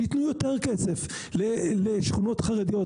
שיתנו יותר כסף לשכונות חרדיות,